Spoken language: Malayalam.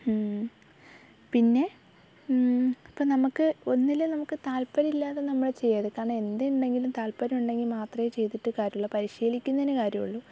പിന്നെ അപ്പം നമുക്ക് ഒന്നിലും നമുക്ക് താല്പര്യം ഇല്ലാതെ നമ്മൾ ചെയ്യരുത് കാരണം എന്തുണ്ടെങ്കിലും താല്പര്യം ഉണ്ടെങ്കിൽ മാത്രമേ ചെയ്തിട്ടു കാര്യമുള്ളു പരിശീലിക്കുന്നതിന് കാര്യമുള്ളു